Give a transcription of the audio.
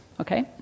okay